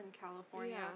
California